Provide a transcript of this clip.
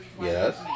Yes